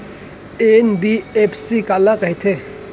NBFC काला कहिथे?